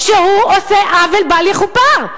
שהוא עושה עוול בל יכופר.